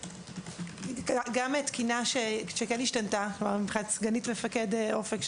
גם התקינה שכן השתנתה מבחינת סגנית מפקד אופק,